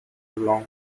long